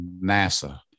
nasa